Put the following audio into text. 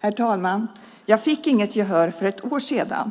Herr talman! Jag fick inget gehör för ett år sedan.